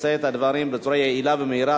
עושה את הדברים בצורה יעילה ומהירה,